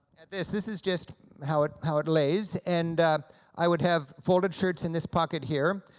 this this is just how it how it lays, and i would have folded shirts in this pocket here.